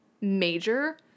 major